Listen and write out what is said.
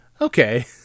okay